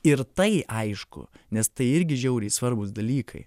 ir tai aišku nes tai irgi žiauriai svarbūs dalykai